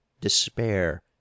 despair